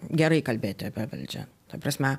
gerai kalbėti apie valdžią ta prasme